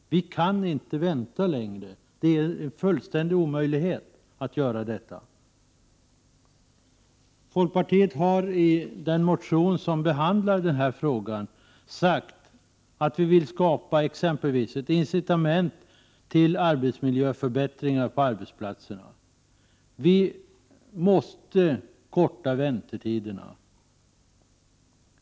Vi kan inte vänta längre — det är en fullständig omöjlighet. Vi i folkpartiet har i den motion som behandlar den här frågan sagt att vi vill skapa ett incitament till arbetsmiljöförbättringar på arbetsplatserna. Väntetiderna måste förkortas.